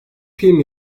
film